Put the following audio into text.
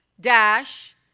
dash